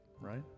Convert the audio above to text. right